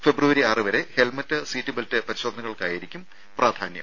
ഫെബ്രുവരി ആറുവരെ helmet seat belt പരിശോധനകൾക്കായിരിക്കും പ്രാധാന്യം